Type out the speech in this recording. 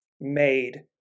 made